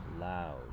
loud